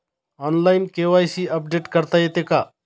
Online KYC update करता येते का?